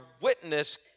witness